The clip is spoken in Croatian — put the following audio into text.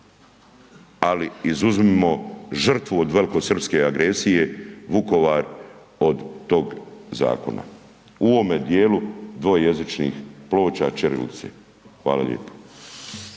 Ali, izuzmimo žrtvu od velikosrpske agresije, Vukovar, od tog zakona u ovome dijelu dvojezičnih ploča, ćirilici. Hvala lijepo.